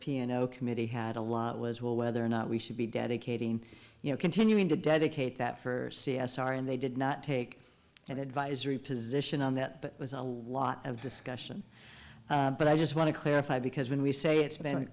piano committee had a lot was well whether or not we should be dedicating you know continuing to dedicate that for c s r and they did not take an advisory position on that but it was a lot of discussion but i just want to clarify because when we say it's been